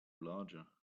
larger